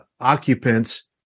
occupants